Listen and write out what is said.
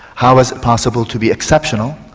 how is it possible to be exceptional,